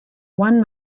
won